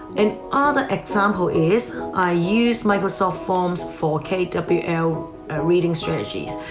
an other example is, i use microsoft forms for k w l reading strategies.